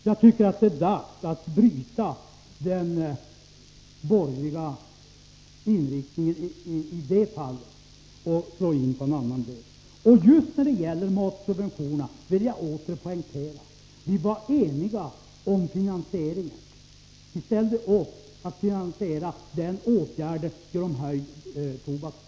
Jag tycker att det är dags att bryta den borgerliga inriktningen i det fallet och slå in på en annan väg. Just när det gäller matsubventionerna vill jag poängtera att vi var eniga om finansieringen. Vi ställde upp på att finansiera matsubventionerna genom höjd tobaksskatt.